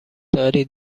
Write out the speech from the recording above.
داری